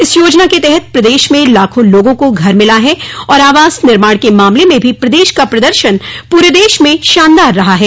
इस योजना के तहत प्रदेश में लाखों लोगों को घर मिला है और आवास निर्माण के मामले में भी प्रदेश का प्रदर्शन पूरे देश में शानदार रहा है